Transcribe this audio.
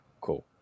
Cool